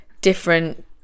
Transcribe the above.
different